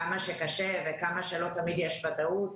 כמה שקשה וכמה שלא תמיד יש ודאות.